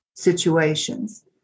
situations